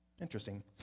Interesting